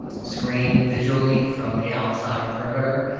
screened visually from the outside perimeter.